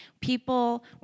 people